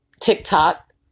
TikTok